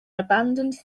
abandoned